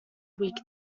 week